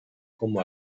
como